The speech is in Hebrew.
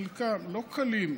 חלקם לא קלים,